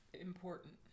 important